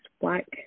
black